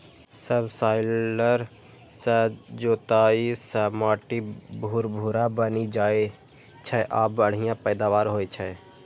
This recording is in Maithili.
सबसॉइलर सं जोताइ सं माटि भुरभुरा बनि जाइ छै आ बढ़िया पैदावार होइ छै